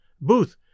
Booth